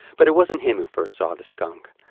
but it wasn't him who first saw the skunk.